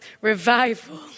revival